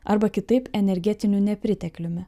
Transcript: arba kitaip energetiniu nepritekliumi